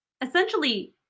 essentially